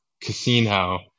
casino